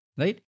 Right